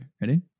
Ready